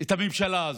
את הממשלה הזאת.